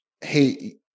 hey